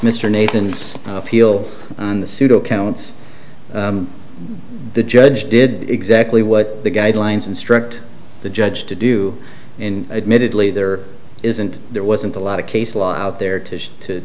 mr nathan's appeal on the pseudo counts the judge did exactly what the guidelines instruct the judge to do in admittedly there isn't there wasn't a lot of case law out there to to